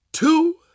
Two